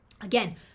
Again